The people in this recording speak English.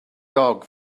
dog